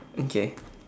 okay